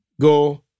go